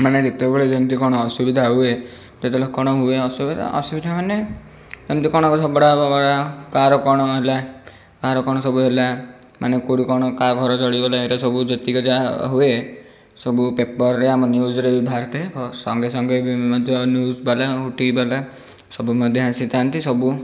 ମାନେ ଯେତେବେଳେ ଯେମିତି କ'ଣ ଅସୁବିଧା ହୁଏ କେତେବେଳେ କ'ଣ ହୁଏ ଅସୁବିଧା ମାନେ କେମିତି କ'ଣ ଝଗଡ଼ା ଫଗଡ଼ା କାହାର କ'ଣ ହେଲା କାହାର କ'ଣ ସବୁ ହେଲା ମାନେ କେଉଁଠି କ'ଣ କାହା ଘର ଜଳିଗଲେ ଯେତିକି ଯାହା ହୁଏ ସବୁ ପେପର୍ରେ ଆମ ନ୍ୟୁଜ୍ରେ ବି ବାହାରିଥାଏ ସଙ୍ଗେ ସଙ୍ଗେ ମଧ୍ୟ ନ୍ୟୁଜ୍ ବାଲା ଓ ଟି ଭି ବାଲା ସବୁ ମଧ୍ୟ ଆସିଥାନ୍ତି ସବୁ